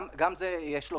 גם לזה יש פתרון.